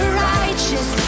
righteous